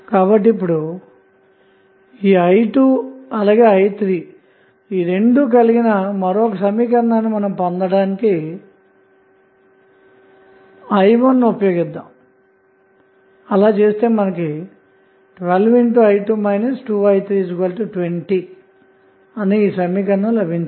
కాబట్టి i 2 మరియు i 3 లు కలిగిన మరొక సమీకరణ పొందటానికి మనం i 1ను ఉపయోగిస్తే 12i2 2i320 సమీకరణం లభిస్తుంది